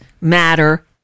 matter